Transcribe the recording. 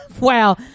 Wow